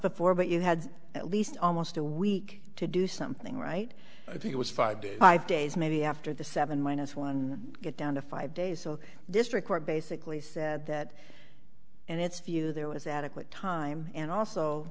before but you had at least almost a week to do something right i think it was five days five days maybe after the seven minus one get down to five days so this record basically said that and its view there was adequate time and also